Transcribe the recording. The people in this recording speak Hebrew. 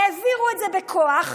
העבירו את זה בכוח,